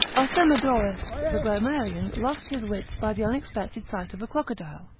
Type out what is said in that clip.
arthemedorus the grammarian lost his wits by the unexpected sight of a crocodile,